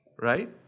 right